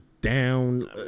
down